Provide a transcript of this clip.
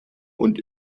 und